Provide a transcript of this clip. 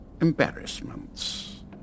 embarrassments